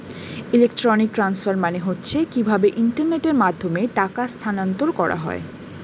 electronic transfer মানে হচ্ছে কিভাবে ইন্টারনেটের মাধ্যমে টাকা স্থানান্তর করা হয়